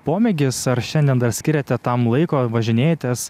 pomėgis ar šiandien dar skiriate tam laiko važinėtis